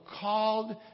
called